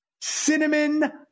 cinnamon